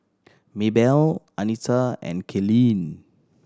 Maebelle Anita and Kaylene